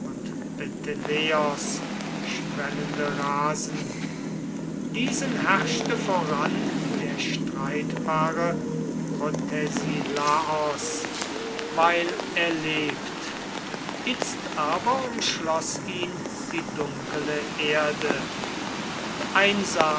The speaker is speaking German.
schwellende rasen diesen herrschte voran der streitbare protesilaos weil er lebt itzt aber umschloß ihn die dunkele erde